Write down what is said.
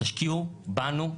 תשקיעו בנו.